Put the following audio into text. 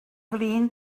flin